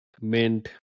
Mint